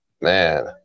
man